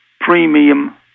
premium